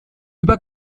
über